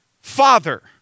father